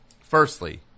Firstly